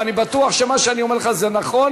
ואני בטוח שמה שאני אומר לך נכון,